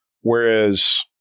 Whereas